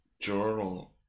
journal